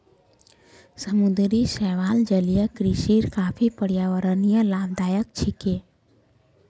समुद्री शैवाल जलीय कृषिर काफी पर्यावरणीय लाभदायक छिके